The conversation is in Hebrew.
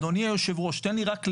אדוני היו"ר, תן לי רק לחדד,